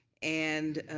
and